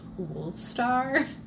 Wolfstar